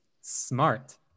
smart